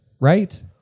right